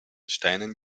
steinen